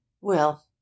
Well